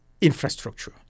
infrastructure